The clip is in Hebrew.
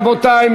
רבותי?